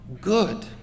good